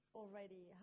already